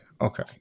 Okay